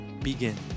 begin